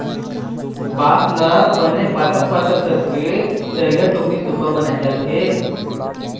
बांस ल बने पातर पातर करके चरिहा, टुकनी, सुपा बनाए जाथे